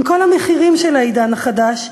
עם כל המחירים של העידן החדש,